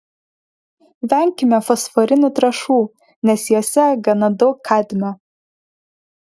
venkime fosforinių trąšų nes jose gana daug kadmio